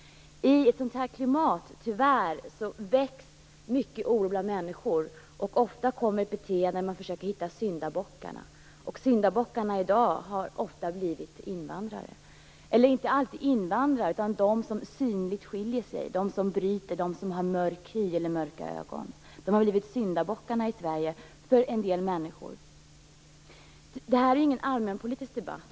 I ett sådant klimat väcks mycket oro bland människor. Det kan uppstå beteenden där man försöker att hitta syndabockar. Dagens syndabockar är ofta invandrare eller de som synligt skiljer sig, de som avviker och har mörk hy eller mörka ögon. Det här är ingen allmänpolitisk debatt.